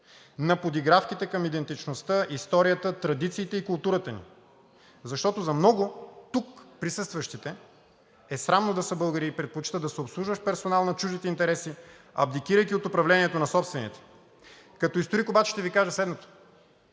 на подигравките към идентичността, историята, традициите и културата ни. Защото за много оттук присъстващите е срамно да са българи и те предпочитат да са обслужващ персонал на чуждите интереси, абдикирайки от управлението на собствените. Като историк обаче ще Ви кажа следното: